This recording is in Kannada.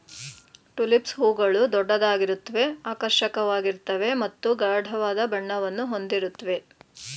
ಟುಲಿಪ್ಸ್ ಹೂಗಳು ದೊಡ್ಡದಾಗಿರುತ್ವೆ ಆಕರ್ಷಕವಾಗಿರ್ತವೆ ಮತ್ತು ಗಾಢವಾದ ಬಣ್ಣವನ್ನು ಹೊಂದಿರುತ್ವೆ